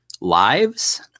lives